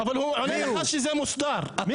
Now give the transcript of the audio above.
אבל אתה חושב שאני יוצא החוצה?